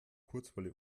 kurzwelle